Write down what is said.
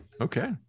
Okay